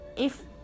If-